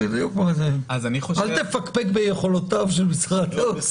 אל תפקפק ביכולותיו של משרד האוצר.